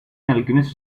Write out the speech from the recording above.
alchemist